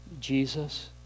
Jesus